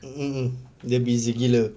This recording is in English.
mm mm dia busy gila